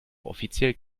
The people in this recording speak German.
offiziell